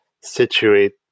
situate